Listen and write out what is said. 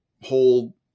whole